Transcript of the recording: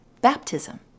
baptism